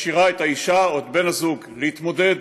משאירה את האישה או את בן הזוג להתמודד